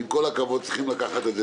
עם כל הכבוד, צריכים לקחת את זה לתשומת ליבם.